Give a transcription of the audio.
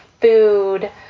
food